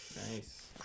nice